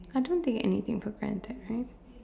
I don't take anything for granted right